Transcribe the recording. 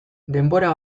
denbora